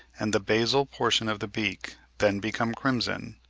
and the basal portion of the beak then become crimson.